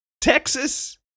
Texas